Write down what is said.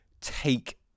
take